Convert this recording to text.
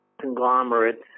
conglomerates